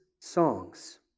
songs